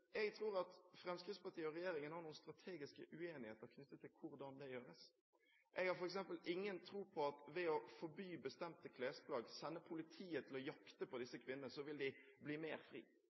jeg tror at Fremskrittspartiet og regjeringen har noen strategiske uenigheter knyttet til hvordan det gjøres. Jeg har f.eks. ingen tro på at ved å forby bestemte klesplagg, ved å sende politiet for å jakte på disse kvinnene, så vil de bli mer fri.